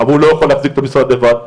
אבל הוא לא יכול להחזיק את המשרד לבד,